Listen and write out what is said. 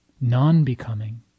non-becoming